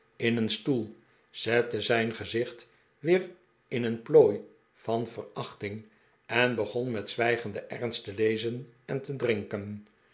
in een stoel zette zijn gezicht weer in een plooi van verachting en begon met zwijgenden ernst te lezen en te drinken